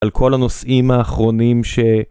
על כל הנושאים האחרונים ש...